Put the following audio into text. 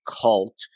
Cult